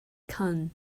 cannes